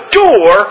door